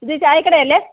ഇത് ചായക്കടയല്ലേ